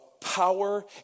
power